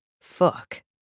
Fuck